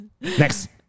Next